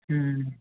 ਹੂੰ